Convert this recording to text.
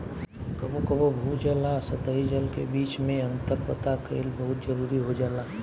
कबो कबो भू जल आ सतही जल के बीच में अंतर पता कईल बहुत जरूरी हो जाला